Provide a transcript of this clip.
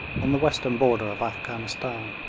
on the western border of afghanistan.